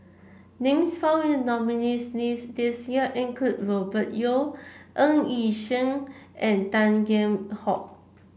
names found in the nominees' list this year include Robert Yeo Ng Yi Sheng and Tan Kheam Hock